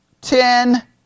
ten